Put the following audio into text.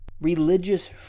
religious